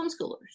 homeschoolers